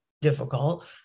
difficult